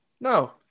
No